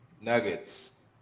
nuggets